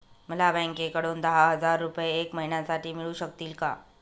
मला बँकेकडून दहा हजार रुपये एक महिन्यांसाठी मिळू शकतील का?